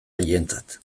haientzat